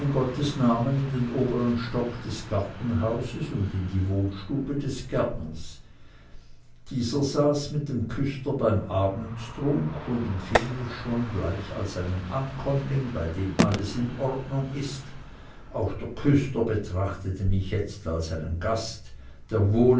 gottes namen in den obern stock des gartenhauses und in die wohnstube des gärtners dieser saß mit dem küster beim abendtrunk und empfing mich schon als einen ankömmling bei dem alles in ordnung ist auch der küster betrachtete mich jetzt als einen gast der wohl